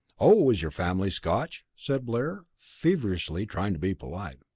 oh, is your family scotch? said blair, feverishly trying to be polite.